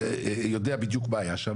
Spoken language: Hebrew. יודע בדיוק מה היה שם,